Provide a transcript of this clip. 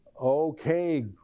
Okay